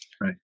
Right